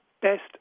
Best